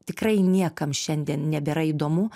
tikrai niekam šiandien nebėra įdomu